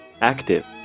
Active